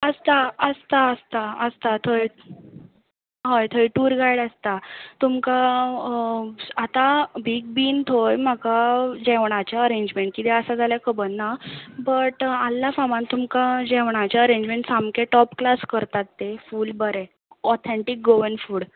आसता आसता आसता आसत थंय हय थंय टूर गायड आसता तुमकां आतां बीग बींत थंय म्हाका जेवणाचें इरेंजमेंट कितें आसा जाल्यार खबर ना बट आर्ला फार्मांत तुमकां जेवणाचें अरेंजमेंट सामकें टॉप क्लास करतात ते फूल बरें ऑथेंतीक गोवन फूड